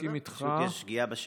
פשוט יש שגיאה בשאילתה.